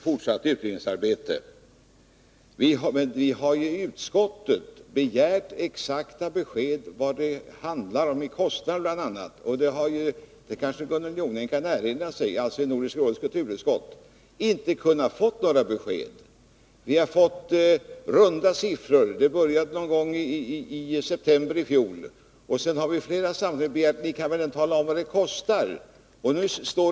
Fru talman! Jag vill göra Gunnel Jonäng uppmärksam på att vi inte har avvisat en studiefas och ett fortsatt utredningsarbete. Vi har ju i Nordiska rådets kulturutskott — det kanske Gunnel Jonäng kan erinra sig — begärt exakta besked om vad det handlar om, bl.a. i fråga om kostnader. Men vi har inte kunnat få några besked — vi har bara fått runda siffror. Det började någon gång i september i fjol, och sedan har vi i flera sammanhang begärt att ni skall tala om vad det kostar.